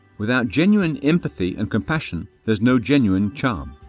without genuine empathy and compassion there's no genuine charm